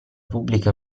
pubblica